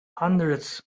hundreds